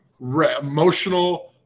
emotional